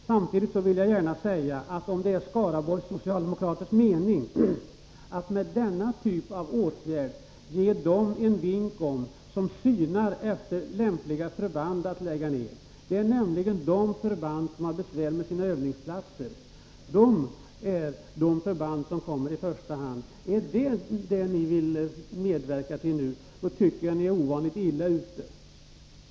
Samtidigt vill jag gärna säga att jag undrar om det är Skaraborgs socialdemokraters mening att med denna typ av åtgärd ge dem en vink som letar efter lämpliga förband att lägga ned. De förband som har besvär med sina övningsplatser kommer nämligen i första hand. Om det är en nedläggning som ni nu vill medverka till tycker jag att ni är ovanligt illa ute.